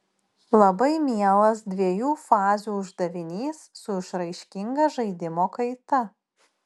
labai mielas dviejų fazių uždavinys su išraiškinga žaidimo kaita